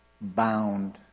Bound